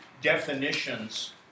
definitions